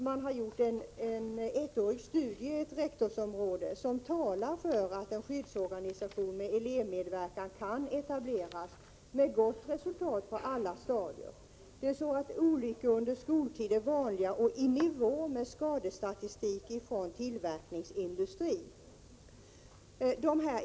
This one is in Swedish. Man har i ett rektorsområde gjort en ettårig studie som talar för att en skyddsorganisation med elevmedverkan kan etableras med gott resultat på alla stadier.